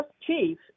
chief